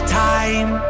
time